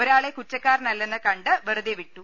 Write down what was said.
ഒരാളെ കുറ്റക്കാ രനല്ലെന്ന് കണ്ട് വെറുതെ വിട്ടു